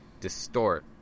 distort